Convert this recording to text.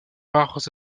rares